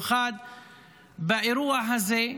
באירוע הזה,